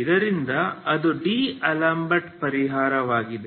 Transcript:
ಇದರಿಂದ ಅದು ಡಿಅಲೆಂಬರ್ಟ್ ಪರಿಹಾರವಾಗಿದೆ